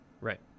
Right